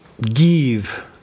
give